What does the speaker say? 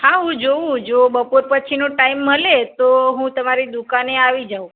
હા હું જોઉં જો બપોર પછીનો ટાઈમ મળે તો હું તમારી દુકાને આવી જાઉં